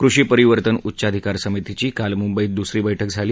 कृषी परिवर्तन उच्चाधिकार समितीची काल मुंबईत दुसरी बैठक झाली